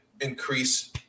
increase